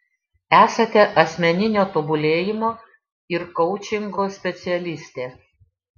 esate asmeninio tobulėjimo ir koučingo specialistė